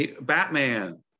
Batman